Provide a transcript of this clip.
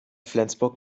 flensburg